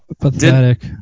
pathetic